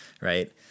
right